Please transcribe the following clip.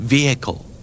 Vehicle